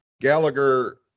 Gallagher